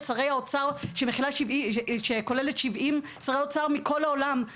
שרי אוצר הכוללת 70 שרי אוצר מכל העולם,